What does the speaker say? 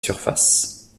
surface